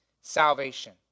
salvation